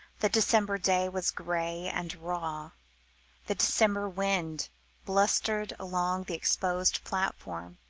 the december day was grey and raw the december wind blustered along the exposed platform,